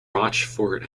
rochefort